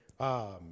Amen